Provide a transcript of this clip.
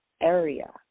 area